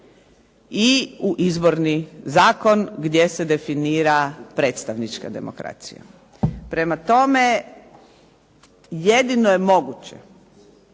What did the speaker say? i u izvorni zakon gdje se definira predstavnička demokracija. Prema tome, jedino je moguće